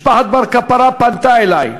משפחת בר קפרא פנתה אלי,